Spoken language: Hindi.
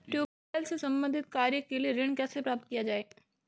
ट्यूबेल से संबंधित कार्य के लिए ऋण कैसे प्राप्त किया जाए?